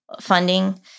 funding